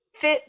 fit